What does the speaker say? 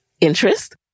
interest